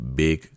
big